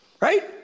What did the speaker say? Right